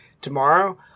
tomorrow